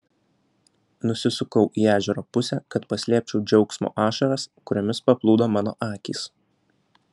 nusisukau į ežero pusę kad paslėpčiau džiaugsmo ašaras kuriomis paplūdo mano akys